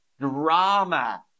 drama